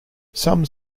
some